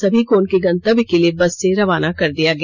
सभी को उनके गंतव्य के लिए बस से रवाना कर दिया गया